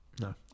no